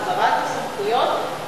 החזרת הסמכויות,